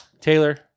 Taylor